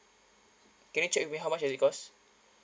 can I check with you how much does it cost